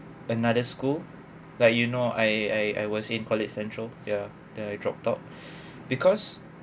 another school like you know I I I was in college central ya the dropped out because